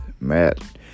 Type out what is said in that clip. Matt